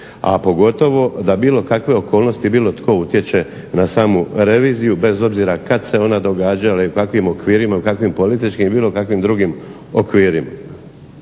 a pogotovo da bilo kakve okolnosti, bilo tko utječe na samu reviziju bez obzira kada se ona događala u kakvim okvirima i kakvim političkim i bilo kakvim drugim okvirima.